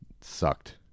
sucked